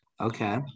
Okay